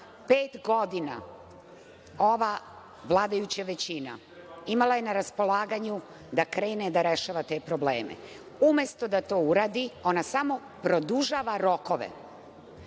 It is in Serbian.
godina je ova vladajuća većina imala na raspolaganju da krene da rešava te probleme. Umesto da to uradi, ona samo produžava rokove